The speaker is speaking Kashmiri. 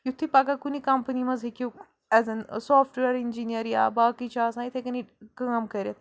یُتھ یہِ پَگاہ کُنہِ کَمپٔنی منٛز ہیٚکِو ایزَن سافٹ وِیَر اِنجِنِیَر یا باقٕے چھِ آسان یِتھَے کَنی کٲم کٔرِتھ